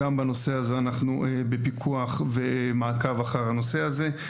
גם בנושא הזה אנחנו בפיקוח ומעקב אחר הנושא הזה.